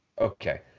Okay